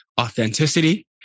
authenticity